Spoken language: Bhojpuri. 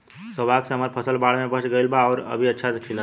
सौभाग्य से हमर फसल बाढ़ में बच गइल आउर अभी अच्छा से खिलता